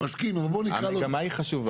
מסכים, אבל נקרא 30. המגמה היא חשובה.